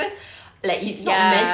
ya